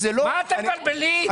מה אתם מבלבלים?